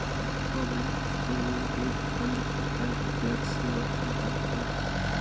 public provident fund खाता भी tax saver खाता हौ